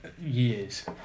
Years